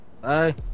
Bye